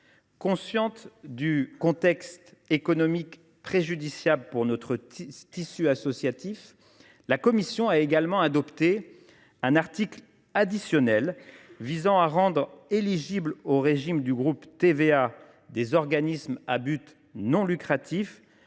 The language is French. Consciente du contexte économique préjudiciable pour notre tissu associatif, la commission a également adopté un article additionnel visant à rendre des organismes à but non lucratif